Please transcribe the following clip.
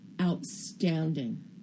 outstanding